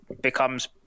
becomes